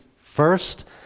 First